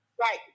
Right